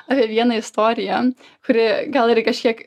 apie vieną istoriją kuri gal ir kažkiek